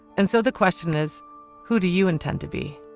and so the question is who do you intend to be